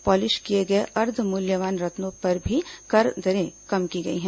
polish किए गए अर्धमूल्यवान रत्नों पर भी कर दरें कम की गई हैं